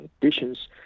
conditions